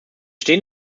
stehen